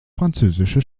französische